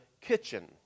kitchen